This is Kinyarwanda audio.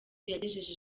yagejeje